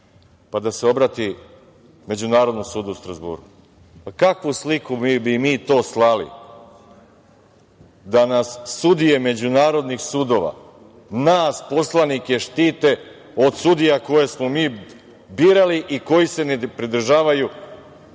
Pa, da se obrati Međunarodnom sudu u Strazburu. Pa, kakvu sliku bi mi to slali da nas sudije međunarodnih sudova, nas poslanike štite od sudija koje smo mi birali, koji se ne pridržavaju